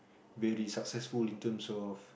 very successful in terms of